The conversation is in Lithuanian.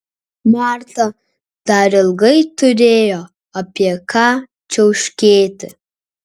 marta dar ilgai turėjo apie ką čiauškėti